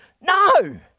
no